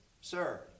sir